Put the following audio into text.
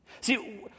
See